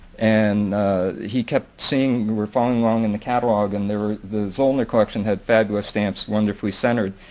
and he kept seeing, we were following along in the catalogue and there were, the zollner collection had fadwa stamps, wonderfully centered,